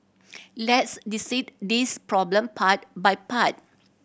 let's dissect this problem part by part